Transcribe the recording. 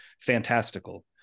fantastical